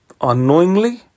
unknowingly